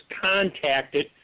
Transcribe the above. contacted